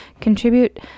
contribute